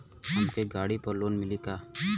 हमके गाड़ी पर लोन मिली का?